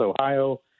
Ohio